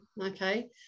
Okay